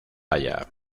haya